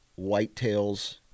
whitetails